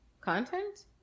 Content